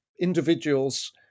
individuals